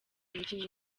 mikino